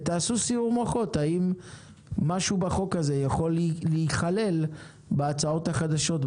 ותעשו סיעור מוחות האם משהו בחוק הזה יכול להיכלל בהצעות החדשות,